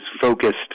focused